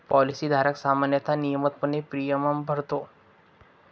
policy धारक सामान्यतः नियमितपणे प्रीमियम भरतो